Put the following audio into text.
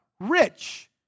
Rich